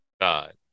God